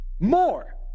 More